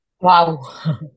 Wow